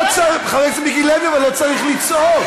לא צריך, חבר הכנסת מיקי לוי, אבל לא צריך לצעוק.